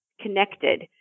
connected